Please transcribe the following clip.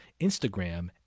Instagram